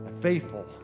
faithful